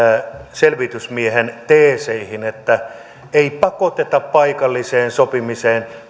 selvitysmiehen teeseihin että ei pakoteta paikalliseen sopimiseen